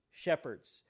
shepherds